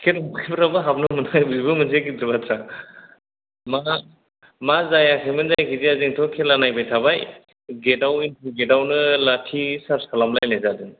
ticket मोनखानाबो हाबनो मोनखै बेबो मोनसे गिदिर बाथ्रा माबा माजायाखैमोन जायाखै जोंथ' खेला नायबाय थाबाय गेटयाव गेटयावनो लाटि सार्स खालामलायनाय जादों